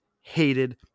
hated